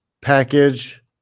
package